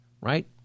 right